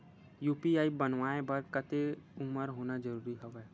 UPI बनवाय बर कतेक उमर होना जरूरी हवय?